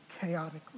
chaotically